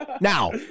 Now